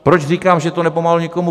Proč říkám, že to nepomohlo nikomu?